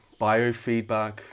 Biofeedback